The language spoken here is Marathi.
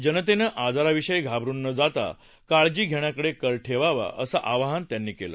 जनतेने आजाराविषयी घाबरुन न जाता काळजी घेण्याकडे कल ठेवावा असं आवाहन त्यांनी केलं